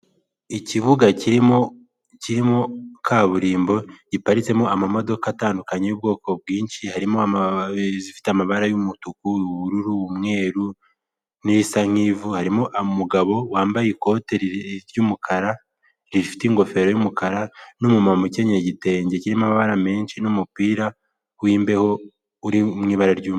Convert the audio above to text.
Ikibuga kirimo kaburimbo, giparitsemo imodoka zitandukanye z’ubwoko bwinshi. Harimo amamodoka afite amabara atandukanye, arimo umutuku, ubururu, umweru, n’isa n’ivu. Hari umugabo wambaye ikote ry’umukara rifite ingofero y’umukara, ndetse n’umuntu wambaye igitenge gifite amabara menshi, hamwe n’umupira w’imbeho uri mu ibara ry’umutuku.